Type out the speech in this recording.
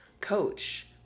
coach